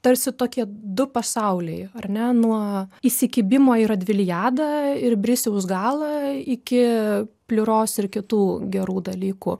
tarsi tokie du pasauliai ar ne nuo įsikibimo į radviliadą ir brisiaus galą iki pliuros ir kitų gerų dalykų